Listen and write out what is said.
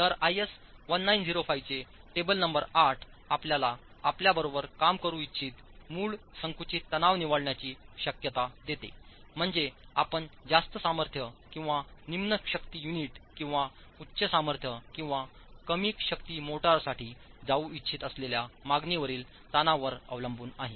तर आयएस 1905 चे table number 8 आपल्याला आपल्याबरोबर काम करू इच्छित मूळ संकुचित तणाव निवडण्याची शक्यता देतेम्हणजे आपण जास्त सामर्थ्य किंवा निम्न शक्ती युनिट किंवा उच्च सामर्थ्य किंवा कमी शक्ती मोर्टारसाठी जाऊ इच्छित असलेल्या मागणीवरील ताणांवर अवलंबून आहे